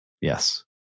Yes